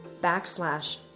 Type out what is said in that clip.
backslash